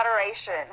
moderation